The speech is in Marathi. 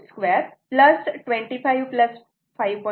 52 25 5